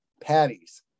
patties